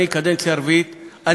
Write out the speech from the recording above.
אני קדנציה רביעית כאן,